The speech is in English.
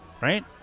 right